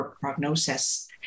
prognosis